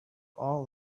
all